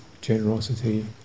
generosity